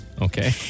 Okay